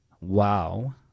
wow